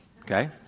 okay